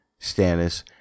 Stannis